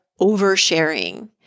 oversharing